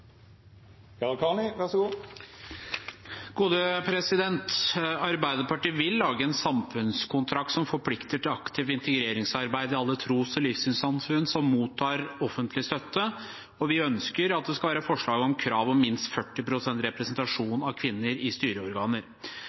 Arbeiderpartiet vil lage en samfunnskontrakt som forplikter til aktivt integreringsarbeid i alle tros- og livssynssamfunn som mottar offentlig støtte, og vi ønsker at det skal være forslag med krav om minst 40 pst. representasjon av kvinner i styreorganer.